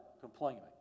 complaining